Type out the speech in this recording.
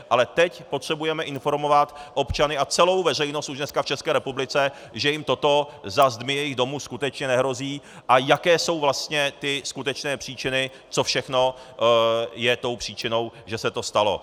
Ale teď potřebujeme informovat občany a celou veřejnost v České republice už dneska, že jim toto za zdmi jejich domu skutečně nehrozí, a jaké jsou vlastně skutečné příčiny, co všechno je příčinou, že se to stalo.